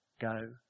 go